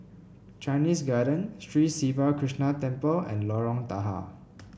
Chinese Garden Sri Siva Krishna Temple and Lorong Tahar